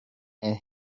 and